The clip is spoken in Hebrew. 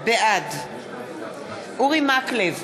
בעד אורי מקלב,